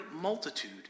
multitude